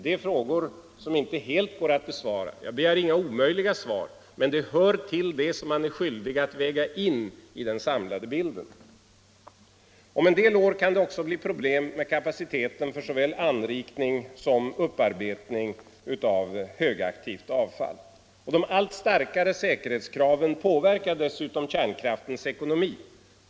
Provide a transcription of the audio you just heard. Det är frågor som inte helt går att besvara. Jag begär inga omöjliga svar, men det hör till det som man är skyldig att väga in i den samlade bilden. Om en del år kan det också bli problem med kapaciteten för såväl anrikning som upparbetning av högaktivt avfall. De allt starkare säkerhetskraven påverkar dessutom kärnkraftens ekonomi.